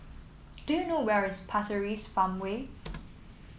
do you know where is Pasir Ris Farmway